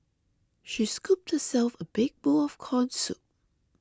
she scooped herself a big bowl of Corn Soup